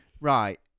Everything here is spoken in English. Right